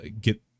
get